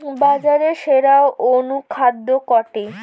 বাজারে সেরা অনুখাদ্য কোনটি?